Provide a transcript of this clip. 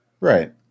Right